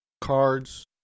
cards